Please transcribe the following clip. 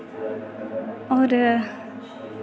होर